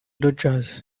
rogers